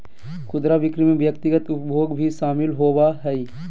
खुदरा बिक्री में व्यक्तिगत उपभोग भी शामिल होबा हइ